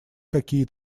какие